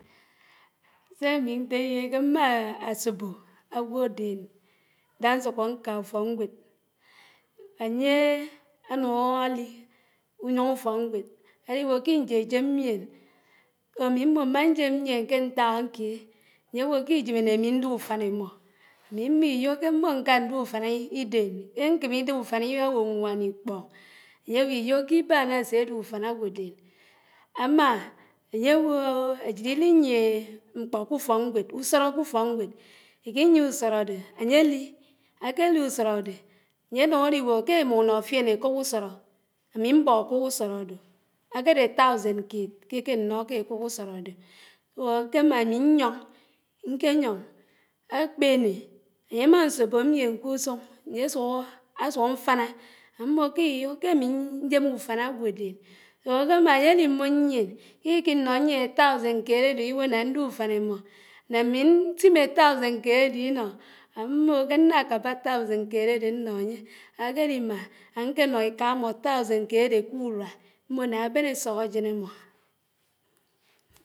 Sémí ñtéyé ké mmááá ásòbò ágwòdón dá nsùkó ñká ùfókñgwéd, ányèéé ánàñ álí ùyóñó ùfókñgwéd, álíwò kínjéjém mién. ámí mmò mé ajém mión ké ñták ánké, áyéwò kijém né ámí ñdé ùfán émò. ámí mmò iyò ké mmòkán ndé ùfán idén, ké nkemé ídé ùfán ágwòñwán íkpóñ. ányéwò iyò k’ibán ásé dé ùfán ágwòdén, ámá ányéwòòòò ájid ílí yíé mkpó k’ùfónkngwéd ùsóró k’ufókngwéd, ikiyie ùsóró dé ányé lí akéeli ùsóródé, áyénũn álíorò kémò ùnóffén ákùk ùsóró, ámí mbó ákùk ùsóró ádo Akémá ámí ñyóñ, nké yóñ, Akpéné, ányemá ñsòbò mién kusùn ányésùkó, ásùk ámfáná, ámmò kiyo kemi ñjèmé ùfán ágwòdén, só ákémá ányeli mmò ñyien kíkí ñnó. Nyíén táùsín kéd ádé íwò ná. ñdé ùfán émó ná ámi ñtímé táùsin kéd ádé ínó ámmò ké ñá kábá táusin ké ádé ñno ányé, ákérimá ánkě nó éká ámá táusín kéd ádé k’ùrùa mmò ná ábén asók ájén ámmó.